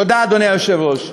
תודה, אדוני היושב-ראש.